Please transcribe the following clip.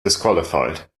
disqualified